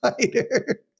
fighter